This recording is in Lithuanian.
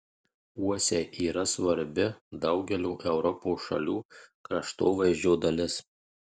uosiai yra svarbi daugelio europos šalių kraštovaizdžio dalis